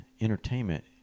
entertainment